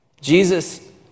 Jesus